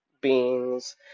beings